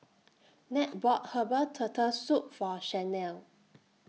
Nat bought Herbal Turtle Soup For Shanae